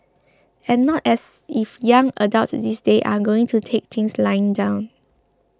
and not as if young adults these days are going to take things lying down